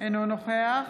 אינו נוכח